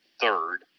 third